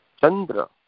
Chandra